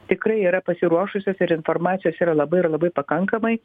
tikrai yra pasiruošusios ir informacijos yra labai ir labai pakankamai